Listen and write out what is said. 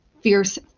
fierce